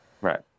Right